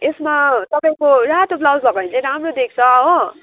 यसमा तपाईँको रातो ब्लाउज लगायो भने चाहिँ राम्रो देख्छ हो